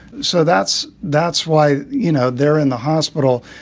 so that's that's why, you know, they're in the hospital.